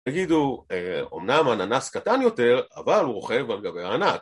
תגידו, אמנם הננס קטן יותר, אבל הוא רוכב על גבי הענק